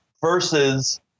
versus